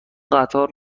قطار